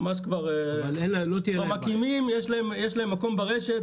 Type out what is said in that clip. יש להם מקום ברשת,